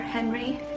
Henry